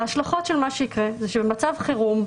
ההשלכות של מה שיקרה הן שבמצב חירום,